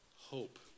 hope